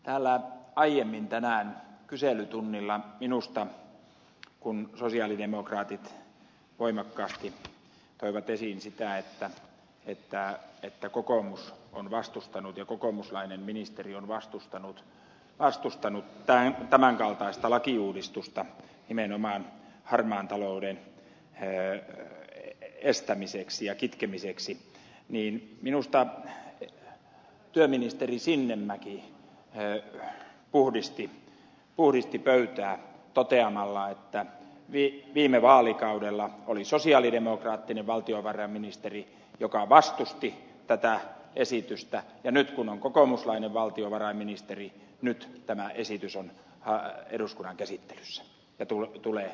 täällä aiemmin tänään kyselytunnilla kun sosialidemokraatit voimakkaasti toivat esiin sitä että kokoomus on vastustanut ja kokoomuslainen ministeri on vastustanut tämän kaltaista lakiuudistusta nimenomaan harmaan talouden estämiseksi ja kitkemiseksi niin minusta työministeri sinnemäki puhdisti pöytää toteamalla että viime vaalikaudella oli sosialidemokraattinen valtiovarainministeri joka vastusti tätä esitystä ja nyt kun on kokoomuslainen valtiovarainministeri nyt tämä esitys on eduskunnan käsittelyssä ja tulee menemään läpi